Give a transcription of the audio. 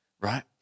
right